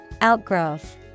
Outgrowth